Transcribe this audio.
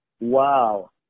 wow